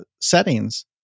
settings